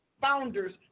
founder's